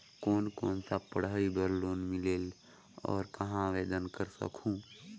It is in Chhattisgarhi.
कोन कोन सा पढ़ाई बर लोन मिलेल और कहाँ आवेदन कर सकहुं?